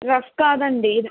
rough కాదండి